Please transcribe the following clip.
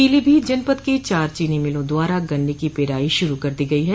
पीलीभीत जनपद की चार चीनी मिलों द्वारा गन्ने की पेराई शुरू कर दी गई है